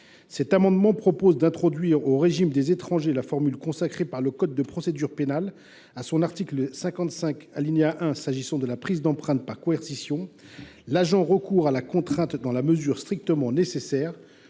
Aussi, nous proposons d’introduire dans le régime des étrangers la formule consacrée par le code de procédure pénale, en son article 55 1 alinéa 5, s’agissant de la prise d’empreintes par coercition :« L’agent recourt à la contrainte dans la mesure strictement nécessaire.